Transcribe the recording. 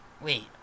Wait